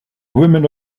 woman